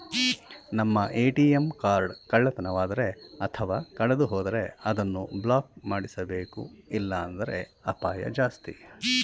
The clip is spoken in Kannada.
ನಮ್ಮ ಎ.ಟಿ.ಎಂ ಕಾರ್ಡ್ ಕಳ್ಳತನವಾದರೆ ಅಥವಾ ಕಳೆದುಹೋದರೆ ಅದನ್ನು ಬ್ಲಾಕ್ ಮಾಡಿಸಬೇಕು ಇಲ್ಲಾಂದ್ರೆ ಅಪಾಯ ಜಾಸ್ತಿ